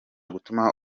gutuma